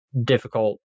difficult